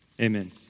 Amen